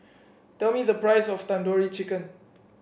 tell me the price of Tandoori Chicken